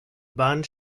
band